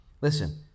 listen